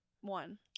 one